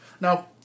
Now